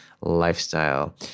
lifestyle